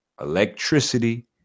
electricity